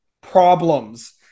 problems